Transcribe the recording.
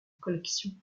collection